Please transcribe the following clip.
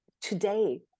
today